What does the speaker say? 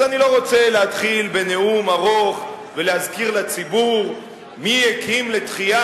אז אני לא רוצה להתחיל בנאום ארוך ולהזכיר לציבור מי הקים לתחייה,